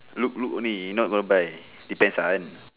look look only not gonna buy depends